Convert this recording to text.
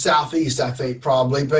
southeast, i think probably